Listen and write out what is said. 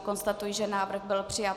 Konstatuji, že návrh byl přijat.